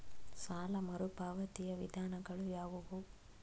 ಸಾಲ ಮರುಪಾವತಿಯ ವಿಧಾನಗಳು ಯಾವುವು?